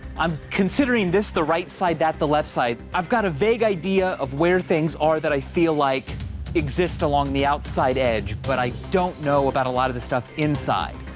i'm considering this the right side that the left side, i've got a vague idea of where things are that i feel like exist along the outside edge, but i don't know about a lot of this stuff inside.